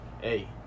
hey